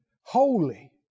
holy